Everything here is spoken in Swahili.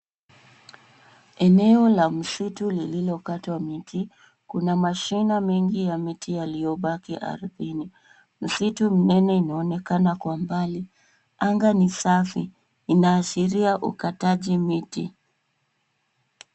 Eneo la msitu lililokatwa miti. Kuna mashina mengi ya miti yaliyobaki ardhini. Msitu mnene inaonekana kwa mbali. Anga ni safi. Inaashiria ukataji miti.